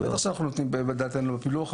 בטח שאנחנו נותנים דעתנו בפילוח,